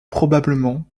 probablement